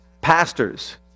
pastors